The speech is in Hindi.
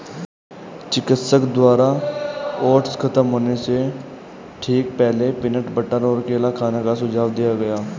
चिकित्सक द्वारा ओट्स खत्म होने से ठीक पहले, पीनट बटर और केला खाने का सुझाव दिया गया